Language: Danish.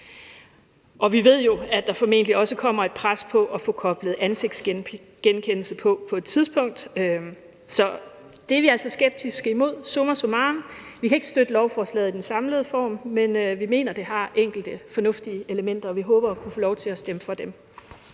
Og vi ved jo, at der formentlig også på et tidspunkt kommer et pres for at få koblet ansigtsgenkendelse på. Det er vi altså skeptiske over for Summa summarum kan vi ikke støtte lovforslaget i den samlede form, men vi mener, at det har enkelte fornuftige elementer, og vi håber at kunne få lov til at stemme for dem.